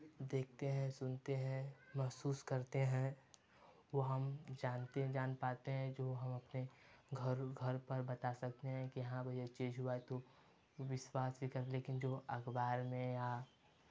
देखते हैं सुनते हैं महसूस करते हैं वह हम जानते जान पाते हैं जो हम अपने घर घर पे बता सकते हैं कि हाँ भाई ये चीज़ हुआ है तो विश्वास भी कर लेकिन जो अखबार में या